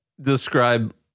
describe